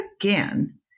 again